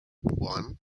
one